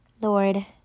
Lord